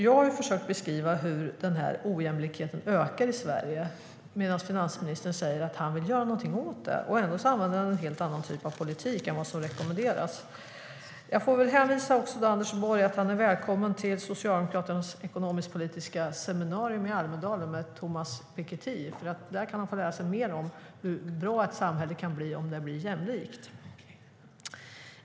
Jag har försökt beskriva hur ojämlikheten ökar i Sverige medan finansministern säger att han vill göra någonting åt den. Ändå använder han en helt annan typ av politik än vad som rekommenderas. Jag får hälsa till Anders Borg att han är välkommen till Socialdemokraternas ekonomisk-politiska seminarium i Almedalen med Thomas Piketty. Där kan ha få lära sig mer om hur bra ett samhälle kan vara om det är jämlikt.